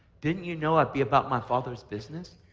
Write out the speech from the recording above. didn't you know i'd be about my father's business?